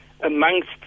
amongst